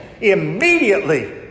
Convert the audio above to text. Immediately